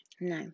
No